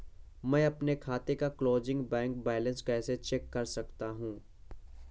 मैं अपने खाते का क्लोजिंग बैंक बैलेंस कैसे चेक कर सकता हूँ?